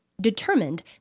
determined